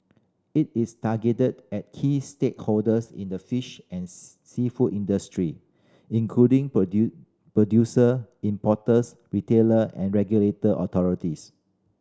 it is targeted at key stakeholders in the fish and seafood industry including producer importers retailer and regulatory authorities